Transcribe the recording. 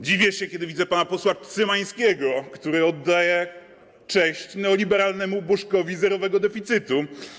Dziwię się, kiedy widzę pana posła Cymańskiego, który oddaje cześć neoliberalnemu bożkowi zerowego deficytu.